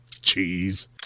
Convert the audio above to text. Cheese